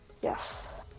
Yes